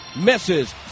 misses